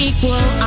Equal